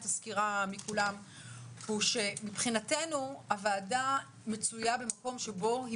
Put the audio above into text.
הסקירה מכולם שמבחינתנו הוועדה מצויה במקום שבו היא